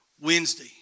Wednesday